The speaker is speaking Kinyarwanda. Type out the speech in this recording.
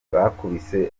bakubise